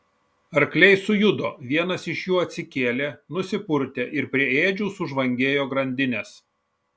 arkliai sujudo vienas iš jų atsikėlė nusipurtė ir prie ėdžių sužvangėjo grandinės